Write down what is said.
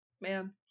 Man